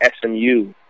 SMU